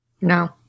No